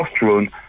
testosterone